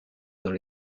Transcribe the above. dans